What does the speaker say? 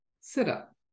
sit-up